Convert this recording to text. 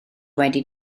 wedi